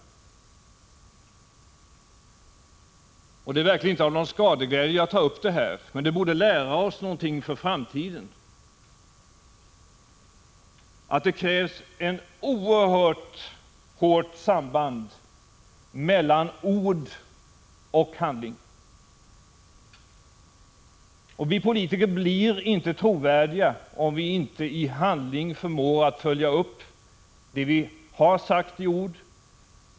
Det är verkligen inte av skadeglädje som jag tar upp detta. Men det borde lära oss något för framtiden, nämligen att det krävs ett oerhört hårt samband mellan ord och handling. Vi politiker blir inte trovärdiga om vi inte i handling förmår följa upp det vi har gett uttryck för i ord.